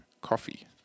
Coffee